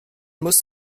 muss